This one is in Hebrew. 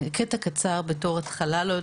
קטע קצר בתור התחלה.